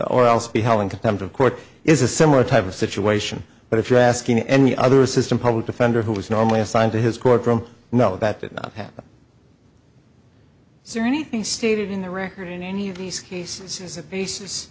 or else be held in contempt of court is a similar type of situation but if you're asking any other system public defender who is normally assigned to his courtroom no that did not happen syrian anything stated in the record in any of these cases is the